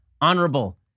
Honorable